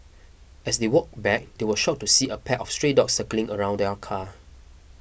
as they walked back they were shocked to see a pack of stray dogs circling around the car